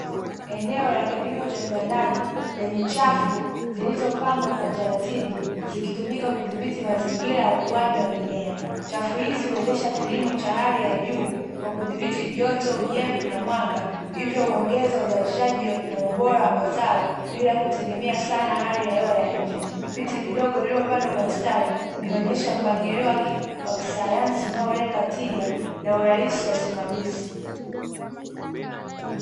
Eneo la kilimo cha kiwandani lenye chafu zilizopangwa kwa utaratibu, zikitumika kuthibiti mazingira ya ukuaji wa mimea. Chafu hizi huwezesha kilimo cha hali ya juu kwa kuthibiti joto, unyevu na mwanga. Hivyo huongeza uzalishaji na ubora wa mazao bila kutegemea sana hali ya hewa ya nje. Miti midogo iliyopangwa kwa mistari inaonyesha mpangilio wa kisayansi unaolenga tija na urahisi wa usimamizi.